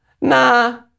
nah